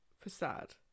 Facade